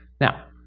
now,